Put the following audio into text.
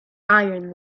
iron